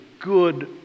good